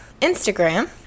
Instagram